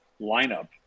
lineup